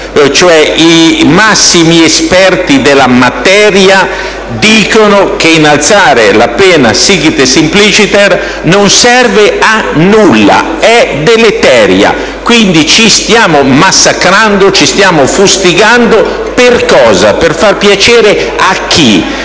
i massimi esperti della materia dicono che innalzare le pene *sic et simpliciter* non serve a nulla, è deleterio; quindi, ci stiamo massacrando, ci stiamo fustigando. Per cosa? Per fare piacere a chi?